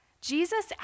Jesus